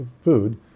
food